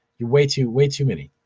you're way too way too many.